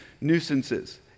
nuisances